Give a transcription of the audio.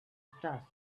stars